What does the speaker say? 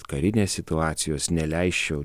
karinės situacijos neleisčiau